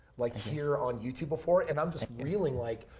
like here on youtube before and i'm just feeling like,